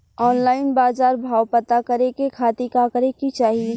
Online बाजार भाव पता करे के खाती का करे के चाही?